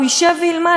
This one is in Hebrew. ישב וילמד.